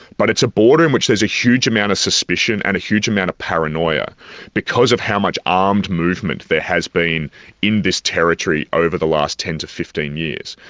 but it's a border in which there's a huge amount of suspicion and a huge amount of paranoia because of how much armed movement there has been in this territory over the last ten to fifteen years.